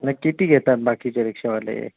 मग किती घेतात बाकीचे रिक्षावाले